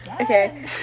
Okay